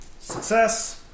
Success